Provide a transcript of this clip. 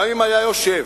גם אם היה יושב